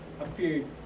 Appeared